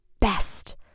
best